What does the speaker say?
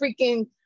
freaking